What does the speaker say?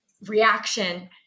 reaction